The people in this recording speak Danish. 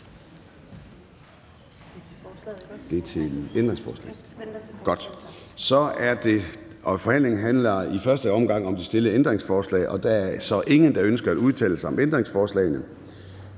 Forhandlingen handler som sagt i første omgang om de stillede ændringsforslag, og der er så ingen, der ønsker at udtale sig om ændringsforslagene,